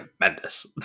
tremendous